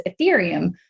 Ethereum